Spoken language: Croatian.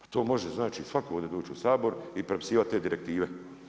A to može znači svatko ovdje doći u Sabor i prepisivati te direktive.